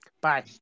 Bye